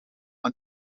een